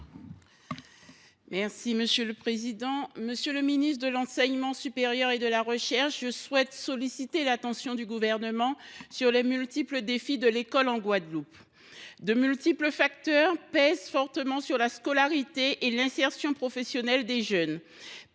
et de la recherche. Monsieur le ministre chargé de l’enseignement supérieur et de la recherche, je souhaite attirer l’attention du Gouvernement sur les multiples défis de l’école en Guadeloupe. De multiples facteurs pèsent fortement sur la scolarité et l’insertion professionnelle des jeunes